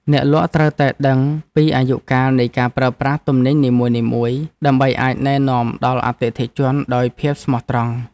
អ្នកលក់ត្រូវតែដឹងពីអាយុកាលនៃការប្រើប្រាស់ទំនិញនីមួយៗ ដើម្បីអាចណែនាំដល់អតិថិជនដោយភាពស្មោះត្រង់។